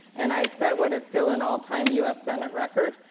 and i set what is still an all-time u s. senate record.